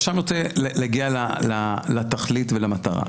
עכשיו אני רוצה להגיע לתכלית ולמטרה.